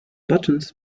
buttons